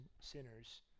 sinners